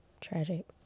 Tragic